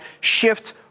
shift